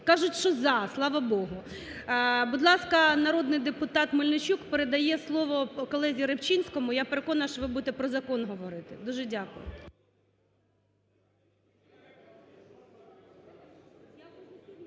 Кажуть, що "за", слава Богу. Будь ласка, народний депутат Мельничук передає слово колезі Рибчинському. Я переконана, що ви будете про закон говорити, дуже дякую.